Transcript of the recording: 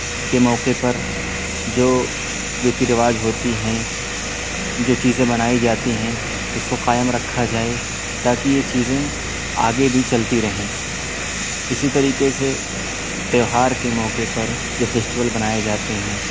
کے موقع پر جو ریتی رواج ہوتی ہیں جو چیزیں منائی جاتی ہیں اس کو قائم رکھا جائے تاکہ یہ چیزیں آگے بھی چلتی رہیں اسی طریقے سے تیوہار کے موقع پر جو فیسٹیول منائے جاتے ہیں